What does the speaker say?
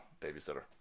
babysitter